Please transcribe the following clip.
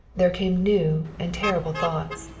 there came new and terrible thoughts.